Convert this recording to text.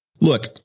look